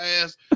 ass